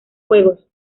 juegos